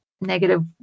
negative